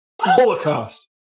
holocaust